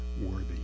worthy